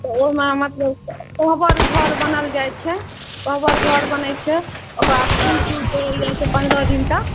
तऽ ओहिमे मतलब कोहबर घर बनाएल जाइ छै कोहबर घर बनै छै ओकरा बाद फूल तूल तोड़ैलए जाइ छै पनरह दिनका